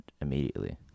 immediately